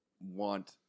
want